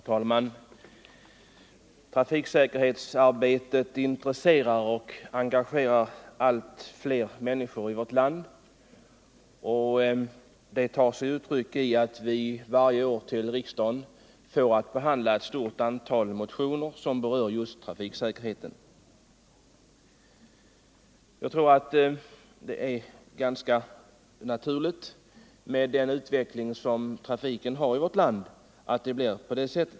Herr talman! Trafiksäkerhetsarbetet intresserar och engagerar allt fler människor i vårt land, och det tar sig uttryck i att vi varje år i riksdagen får att behandla ett stort antal motioner som berör just trafiksäkerheten. Detta är ganska naturligt med tanke på den utveckling som trafiken genomgår i vårt land.